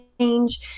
change